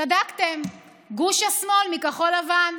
צדקתם, גוש השמאל, מכחול לבן.